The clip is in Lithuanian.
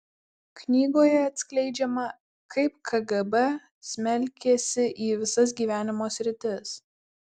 knygoje atskleidžiama kaip kgb smelkėsi į visas gyvenimo sritis